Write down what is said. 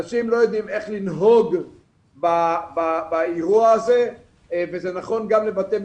אנשים לא יודעים איך לנהוג באירוע הזה וזה נכון גם לבתי משפט,